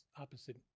opposite